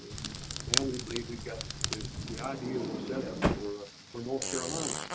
now we believe we've got the the ideal setup for for north carolina.